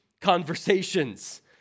conversations